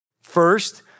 First